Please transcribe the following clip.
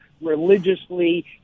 religiously